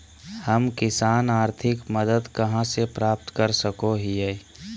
हम किसान आर्थिक मदत कहा से प्राप्त कर सको हियय?